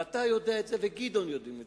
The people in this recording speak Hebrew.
ואתה יודע את זה וגדעון יודע את זה,